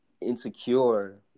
insecure